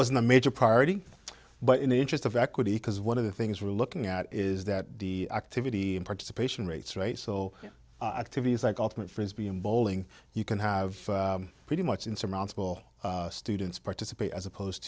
wasn't a major priority but in the interest of equity because one of the things we're looking at is that the activity participation rates right so activities like ultimate frisbee and bowling you can have pretty much insurmountable students participate as opposed